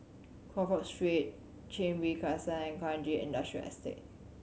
Crawford Street Chin Bee Crescent and Kranji Industrial Estate